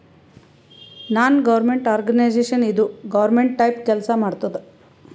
ನಾನ್ government organisation ಇದು government type ಕೆಲ್ಸಾ ಮಾಡತ್ತುದ್